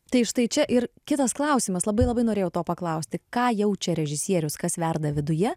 tai štai čia ir kitas klausimas labai labai norėjau to paklausti ką jaučia režisierius kas verda viduje